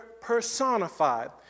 personified